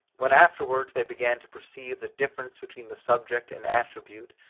when afterwards they began to perceive the difference between the subject and attribute,